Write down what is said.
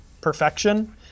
perfection